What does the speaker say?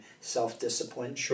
self-discipline